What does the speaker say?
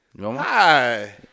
Hi